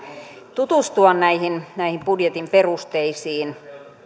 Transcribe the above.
tutustua näihin näihin budjetin perusteisiin